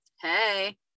Hey